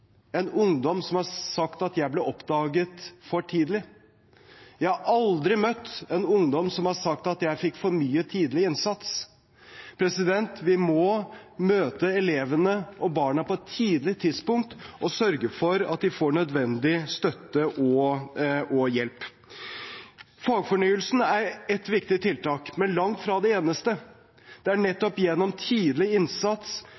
en ungdom som har sagt: Jeg fikk for mye tidlig innsats. Vi må møte elevene og barna på et tidlig tidspunkt og sørge for at de får nødvendig støtte og hjelp. Fagfornyelsen er ett viktig tiltak, men langt fra det eneste. Det er nettopp gjennom tidlig innsats,